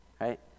Right